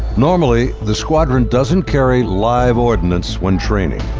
normally, the squadron doesn't carry live ordinance when training.